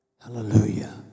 Hallelujah